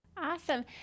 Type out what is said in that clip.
Awesome